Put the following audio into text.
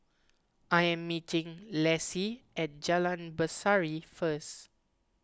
I am meeting Lessie at Jalan Berseri first